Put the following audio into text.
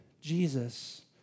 Jesus